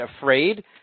afraid